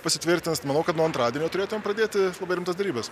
pasitvirtins manau kad nuo antradienio turėtumėm pradėti labai rimtas derybas